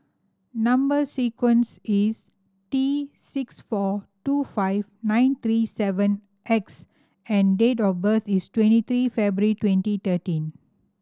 number sequence is T six four two five nine three seven X and date of birth is twenty three February twenty thirteen